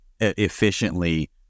efficiently